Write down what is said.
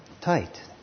tight